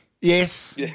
Yes